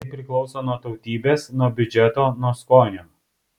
tai priklauso nuo tautybės nuo biudžeto nuo skonio